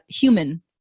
human